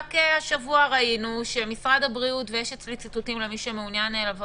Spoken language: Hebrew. רק השבוע ראינו שמשרד הבריאות ויש אצלי ציטוטים למי שמעוניין לראות